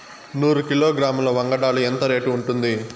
నూరు కిలోగ్రాముల వంగడాలు ఎంత రేటు ఉంటుంది?